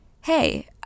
hey